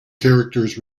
characters